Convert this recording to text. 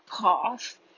path